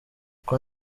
uko